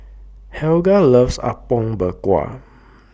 Helga loves Apom Berkuah